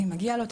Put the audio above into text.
אם מגיע לו,